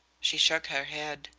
she shook her head.